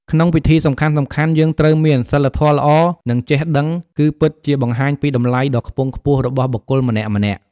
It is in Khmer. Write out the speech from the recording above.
ក្នុងពិធីសំខាន់ៗយើងត្រូវមាន សីលធម៌ល្អ និង ចេះដឹង គឺពិតជាបង្ហាញពីតម្លៃដ៏ខ្ពង់ខ្ពស់របស់បុគ្គលម្នាក់ៗ។